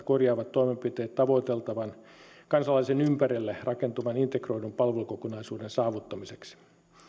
korjaavat toimenpiteet tavoiteltavan kansalaisen ympärille rakentuvan integroidun palvelukokonaisuuden saavuttamiseksi